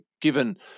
given